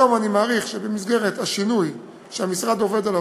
היום אני מעריך שבמסגרת השינוי שהמשרד עובד עליו